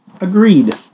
agreed